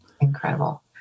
incredible